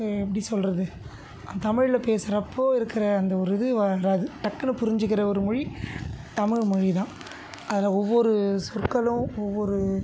எப்படி சொல்கிறது தமிழில் பேசுகிறப்போ இருக்கிற அந்த ஒரு இது வராது டக்குன்னு புரிஞ்சுக்கிற ஒரு மொழி தமிழ் மொழி தான் அதில் ஒவ்வொரு சொற்களும் ஒவ்வொரு